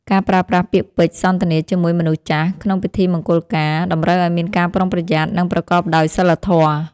ការប្រើប្រាស់ពាក្យពេចន៍សន្ទនាជាមួយមនុស្សចាស់ក្នុងពិធីមង្គលការ តម្រូវឱ្យមានការប្រុងប្រយ័ត្ន និងប្រកបដោយសីលធម៌។